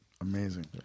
Amazing